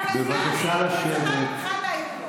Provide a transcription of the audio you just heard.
את מחליטה מה הוא אומר, תודה רבה.